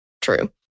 true